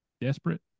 desperate